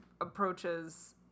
approaches